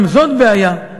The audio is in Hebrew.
גם זאת בעיה,